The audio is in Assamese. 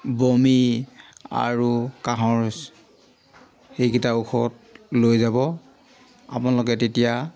বমি আৰু কাঁহৰ সেইকেইটা ঔষধ লৈ যাব আপোনালোকে তেতিয়া